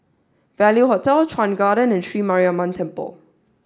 Value Hotel Chuan Garden and Sri Mariamman Temple